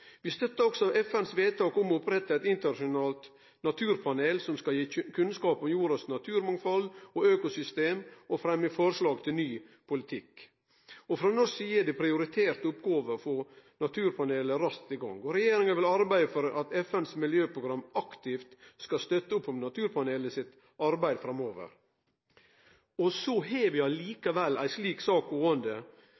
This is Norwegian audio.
Vi støttar også FNs vedtak om å opprette eit internasjonalt naturpanel som skal gi kunnskap om jordas naturmangfald og økosystem og fremje forslag til ny politikk. Frå norsk side er det ei prioritert oppgåve å få naturpanelet raskt i gang, og regjeringa vil arbeide for at FNs miljøprogram aktivt skal støtte opp om naturpanelet sitt arbeid framover. Så har vi